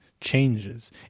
changes